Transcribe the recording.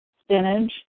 spinach